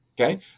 Okay